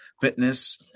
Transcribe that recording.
fitness